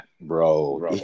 bro